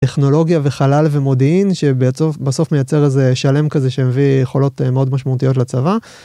טכנולוגיה וחלל ומודיעין, שבסוף מייצר איזה שלם כזה שהמביא יכולות מאוד משמעותיות לצבא.